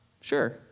Sure